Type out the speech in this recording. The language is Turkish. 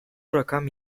rakam